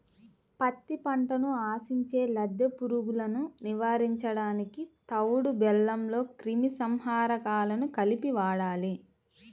పత్తి పంటను ఆశించే లద్దె పురుగులను నివారించడానికి తవుడు బెల్లంలో క్రిమి సంహారకాలను కలిపి వాడాలి